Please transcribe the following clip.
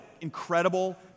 incredible